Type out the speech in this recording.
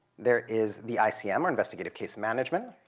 there is the icm, or investigative case management,